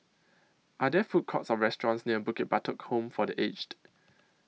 Are There Food Courts Or restaurants near Bukit Batok Home For The Aged